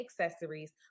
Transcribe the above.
accessories